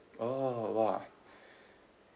oh !wah!